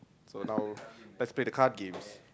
so now let's play the card games